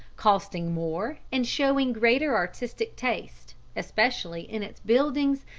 costing more and showing greater artistic taste, especially in its buildings,